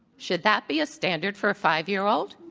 should that be a standard for a five year old?